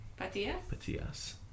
Patias